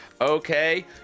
Okay